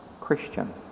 Christian